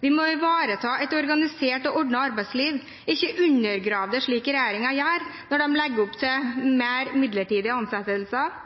Vi må ivareta et organisert og ordnet arbeidsliv, ikke undergrave det slik regjeringen gjør, når de legger opp til flere midlertidige ansettelser